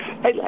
Hey